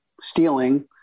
stealing